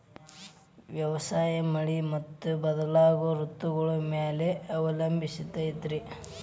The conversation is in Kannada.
ವ್ಯವಸಾಯ ಮಳಿ ಮತ್ತು ಬದಲಾಗೋ ಋತುಗಳ ಮ್ಯಾಲೆ ಅವಲಂಬಿಸೈತ್ರಿ